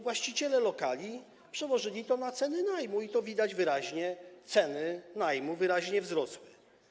Właściciele lokali przełożyli to na ceny najmu i - to widać wyraźnie - ceny najmu wyraźnie wzrosły.